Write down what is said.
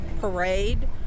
parade